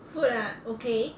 food ah okay